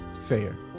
fair